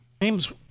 James